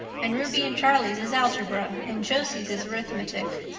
and ruby and charlie's is algebra, and josie's is arithmetic.